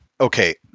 Okay